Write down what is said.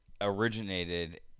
originated